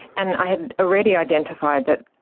and i had already identified that,